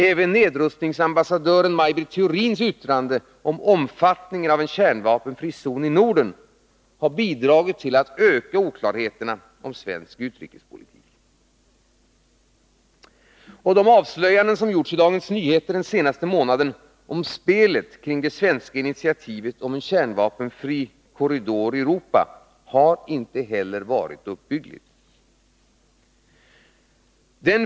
Även nedrustningsambassadören Maj Britt Theorins yttrande om omfattningen av en kärnvapenfri zon i Norden har bidragit till att öka oklarheterna om svensk utrikespolitik. De avslöjanden som gjorts i Dagens Nyheter den senaste månaden om spelet kring det svenska initiativet om en kärnvapenfri korridor i Europa har inte heller varit uppbyggliga.